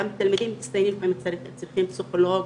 גם תלמידים מצטיינים צריכים פסיכולוג,